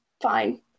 fine